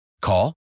Call